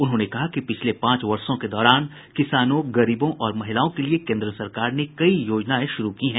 उन्होंने कहा कि पिछले पांच वर्षों के दौरान किसानों गरीबों और महिलाओं के लिये केन्द्र सरकार ने कई योजनाएं शुरू की हैं